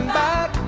back